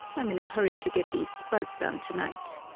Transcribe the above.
i'm in a hurry to get these spuds done tonight.